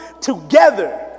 together